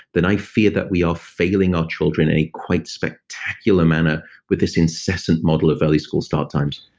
then i fear that we are failing our children in a quite spectacular manner with this incessant model of early school start times